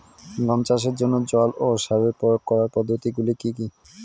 গম চাষের জন্যে জল ও সার প্রয়োগ করার পদ্ধতি গুলো কি কী?